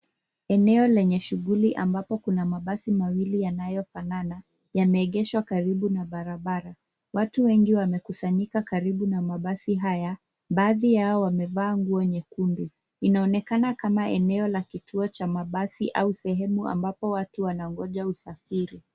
Eneo lenye shughuli ambapo kuna mabasi mawili yanayofanana yameegeshwa karibu na barabara. Watu wengi wamekusanyika karibu na mabasi haya baadhi yao wamevaa nguo nyekundu. Inaonekana kama eneo la kituo cha mabasi au sehemu ambapo watu wanangoja usafiri.